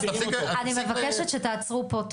אז תפסיק -- אני מבקשת שתעצרו פה,